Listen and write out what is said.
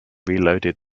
reloaded